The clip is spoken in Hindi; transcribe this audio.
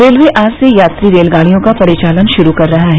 रेलवे आज से यात्री रेलगाडियों का परिचालन श्रू कर रहा है